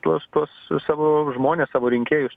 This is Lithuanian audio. tuos su savo žmones savo rinkėjus